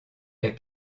est